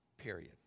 Period